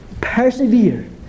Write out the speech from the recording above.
persevere